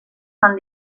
fan